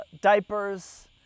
diapers